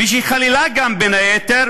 ושכללה בין היתר